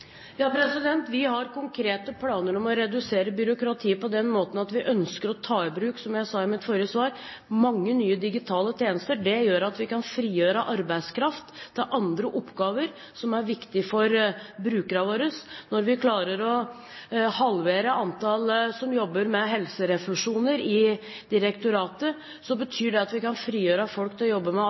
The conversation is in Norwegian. Ja, vi har konkrete planer om å redusere byråkratiet på den måten at vi ønsker å ta i bruk, som jeg sa i mitt forrige svar, mange nye digitale tjenester. Det gjør at vi kan frigjøre arbeidskraft til andre oppgaver som er viktige for brukerne våre. Når vi klarer å halvere antallet som jobber med helserefusjoner i direktoratet, betyr det at vi kan frigjøre folk til å jobbe med